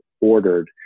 ordered